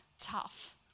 tough